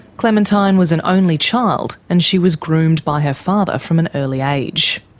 clementine was an only child, and she was groomed by her father from an early age.